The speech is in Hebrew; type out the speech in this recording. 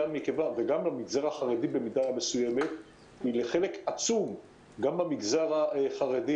אני מדבר בשם הרשתות.